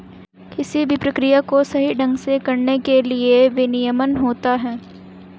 किसी भी प्रक्रिया को सही ढंग से करने के लिए भी विनियमन होता है